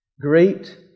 Great